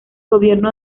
gobierno